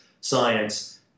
science